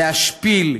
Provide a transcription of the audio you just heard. להשפיל,